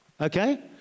Okay